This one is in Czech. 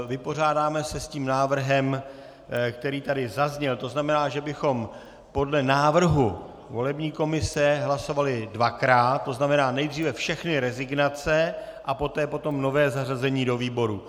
Vypořádáme se s návrhem, který tady zazněl, tzn., že bychom podle návrhu volební komise hlasovali dvakrát, to znamená nejdříve všechny rezignace a poté nové zařazení do výboru.